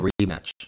rematch